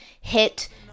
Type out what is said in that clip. hit